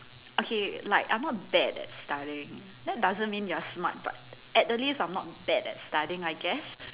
okay like I'm not bad at studying that doesn't mean you're smart but at the least I'm not bad at studying I guess